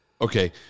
Okay